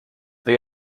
they